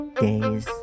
days